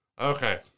Okay